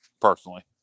personally